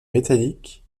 métallique